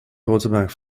quarterback